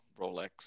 Rolex